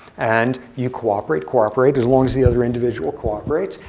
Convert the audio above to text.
and you cooperate, cooperate, as long as the other individual cooperates.